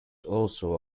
also